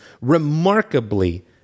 remarkably